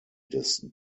des